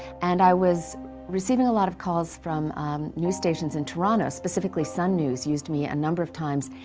and i was receiving a lot of calls from news stations in toronto specifically sun news used me a number of times.